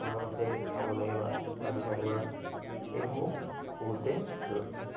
সময়মতে উঠাব লাগে বা বাগিচাৰ পৰা এইসমূহ বহুতে